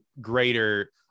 greater